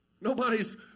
Nobody's